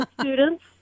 students